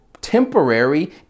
temporary